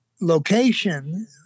location